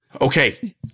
Okay